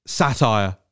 satire